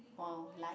!wow! like